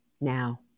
now